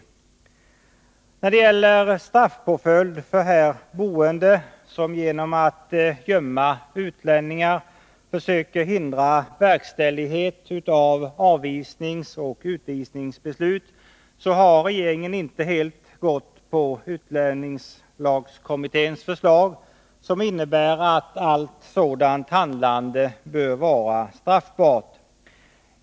När det gäller straffpåföljd för här boende personer som genom att gömma utlänningar försöker hindra verkställighet av avvisningsoch utvisningsbeslut har regeringen inte helt ställt sig bakom utlänningslagskommitténs förslag, som innebär att allt sådant handlande bör vara straffbart.